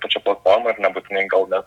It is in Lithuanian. pačia platforma ir nebūtinai gal net